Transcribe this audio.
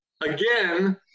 again